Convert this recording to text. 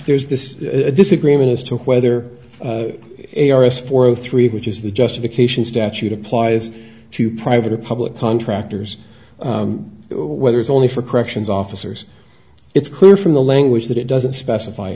there's this disagreement as to whether a r s four zero three which is the justification statute applies to private or public contractors whether it's only for corrections officers it's clear from the language that it doesn't specify